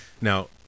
Now